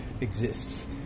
exists